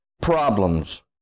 problems